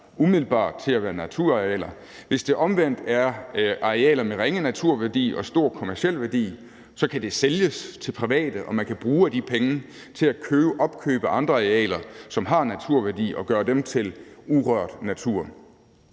umiddelbart udpeges til at være naturarealer. Hvis der omvendt er tale om arealer med ringe naturværdi og stor kommerciel værdi, kunne de sælges til private, og man kunne bruge af de penge til at opkøbe andre arealer, som har en naturværdi, og gøre dem til urørt natur.